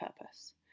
purpose